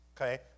Okay